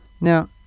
Now